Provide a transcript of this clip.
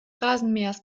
rasenmähers